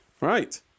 right